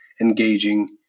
engaging